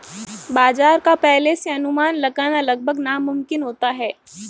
बाजार का पहले से अनुमान लगाना लगभग नामुमकिन होता है